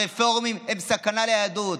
הרפורמים הם סכנה ליהדות.